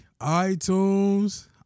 iTunes